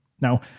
Now